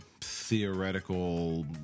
theoretical